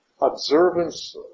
observance